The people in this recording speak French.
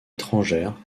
étrangère